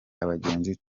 abagenzi